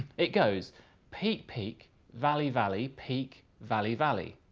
it goes peak-peak valley-valley peak valley-valley.